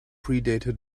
predator